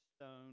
stone